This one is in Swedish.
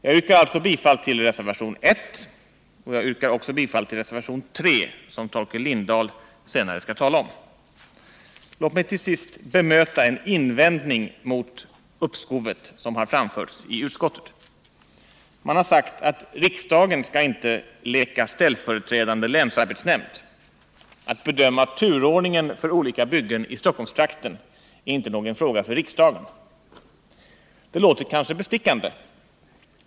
Jag yrkar alltså bifall till reservation 1, och jag yrkar också bifall till reservation 3, som Torkel Lindahl senare skall tala om. Låt mig så till sist bemöta en invändning som framförts i utskottet mot ett uppskov av den andra etappen. Man har sagt att riksdagen inte skall leka ställföreträdande länsarbetsnämnd — att bedöma turordningen för olika byggen i Stockholmstrakten är inte en fråga för riksdagen. Det låter kanske bestickande.